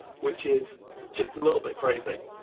which is just a little bit crazy.